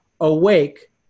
awake